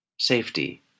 Safety